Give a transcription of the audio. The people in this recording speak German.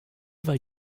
weil